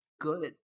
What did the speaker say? good